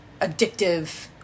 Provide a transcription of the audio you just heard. addictive